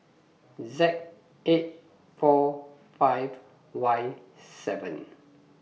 Z eight four five Y seven